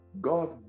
God